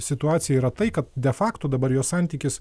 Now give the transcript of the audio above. situacija yra tai kad de facto dabar jo santykis